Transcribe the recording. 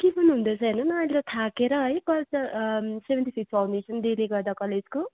के गर्नु हुँदैछ हेर्नु न अहिले थाकेर है कल्च सेभेन्टी सिक्स फाउन्डेसन डेले गर्दा कलेजको